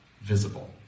visible